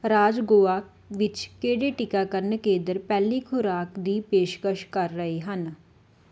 ਰਾਜ ਗੋਆ ਵਿੱਚ ਕਿਹੜੇ ਟੀਕਾਕਰਨ ਕੇਂਦਰ ਪਹਿਲੀ ਖੁਰਾਕ ਦੀ ਪੇਸ਼ਕਸ਼ ਕਰ ਰਹੇ ਹਨ